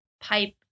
pipe